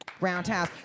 roundhouse